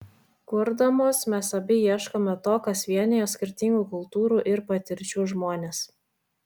kurdamos mes abi ieškome to kas vienija skirtingų kultūrų ir patirčių žmones